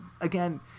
Again